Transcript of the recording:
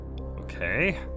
Okay